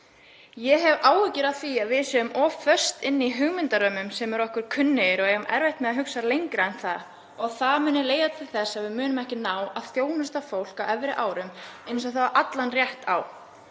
Ég hef áhyggjur af því að við séum of föst inni í hugmyndarömmum sem eru okkur kunnugir og eigum erfitt með að hugsa lengra en það og það muni leiða til þess að við munum ekki ná að þjónusta fólk á efri árum eins og það á allan rétt á.